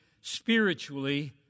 spiritually